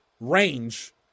range